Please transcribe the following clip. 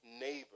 neighbor